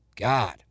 God